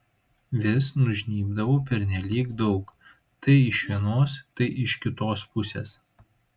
vis nužnybdavau pernelyg daug tai iš vienos tai iš kitos pusės